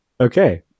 Okay